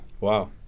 Wow